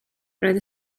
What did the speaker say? roedd